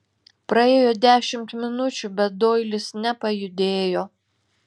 praėjo dešimt minučių bet doilis nepajudėjo